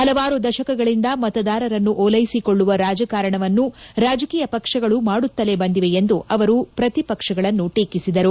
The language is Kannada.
ಹಲವಾರು ದಶಕಗಳಂದ ಮತದಾರರನ್ನು ಓಲೈಸಿಕೊಳ್ಳುವ ರಾಜಕಾರಣವನ್ನು ರಾಜಕೀಯ ಪಕ್ಷಗಳು ಮಾಡುತ್ತಲೇ ಬಂದಿವೆ ಎಂದು ಅವರು ಪ್ರತಿಪಕ್ಷಗಳನ್ನು ಟೀಕಿಸಿದರು